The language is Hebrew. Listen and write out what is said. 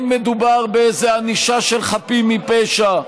לא מדובר באיזו ענישה של חפים מפשע.